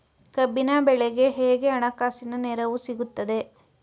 ಕಬ್ಬಿನ ಬೆಳೆಗೆ ಹೇಗೆ ಹಣಕಾಸಿನ ನೆರವು ಸಿಗುತ್ತದೆ?